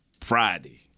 Friday